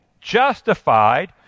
justified